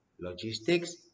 Logistics